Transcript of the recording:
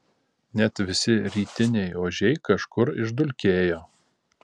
net visi rytiniai ožiai kažkur išdulkėjo